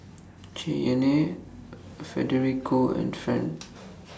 Cheyenne Federico and Ferne